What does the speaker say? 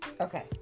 Okay